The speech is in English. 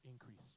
increase